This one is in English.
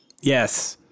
Yes